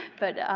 but